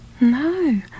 No